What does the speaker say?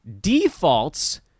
defaults